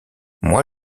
moi